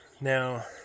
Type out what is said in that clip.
Now